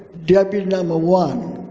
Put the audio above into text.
w number one.